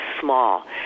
small